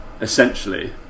Essentially